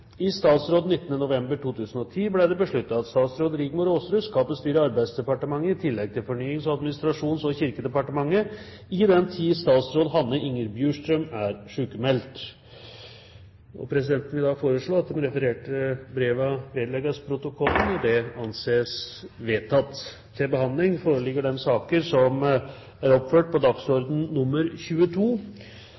I statsråd 19. november 2010 ble det besluttet at statsråd Rigmor Aasrud skal bestyre Arbeidsdepartementet i tillegg til Fornyings-, administrasjons- kirkedepartementet i den tid statsråd Hanne Inger Bjurstrøm er sykmeldt.» Presidenten vil foreslå at de refererte brevene vedlegges protokollen. – Det anses vedtatt. Etter ønske fra justiskomiteen vil presidenten foreslå at taletiden begrenses til